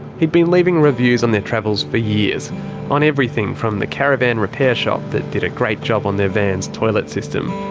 he'd been leaving reviews on their travels for years on everything from the caravan repair shop that did a great job on their van's toilet system,